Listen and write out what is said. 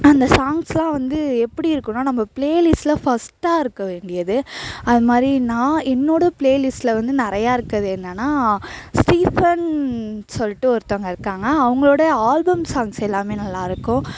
அந்த சாங்க்ஸ் எல்லாம் வந்து எப்படி இருக்குன்னா நம்ம ப்ளே லிஸ்ட்டில் ஃபர்ஸ்டாக இருக்க வேண்டியது அதமாதிரி நான் என்னோட ஃப்ளே லிஸ்ட்டில் வந்து நிறையா இருக்கிறது என்னான்னா ஸ்டீஃபன் சொல்லிட்டு ஒருத்தவங்க இருக்காங்க அவங்களோட ஆல்பம் சாங்க்ஸ் எல்லாமே நல்லா இருக்கும்